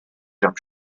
jump